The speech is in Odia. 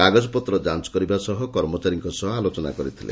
କାଗଜପତ୍ର ଯାଞ କରିବା ସହ କର୍ମଚାରୀଙ୍ଙ ସହ ଆଲୋଚନା କରିଥିଲେ